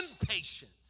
impatient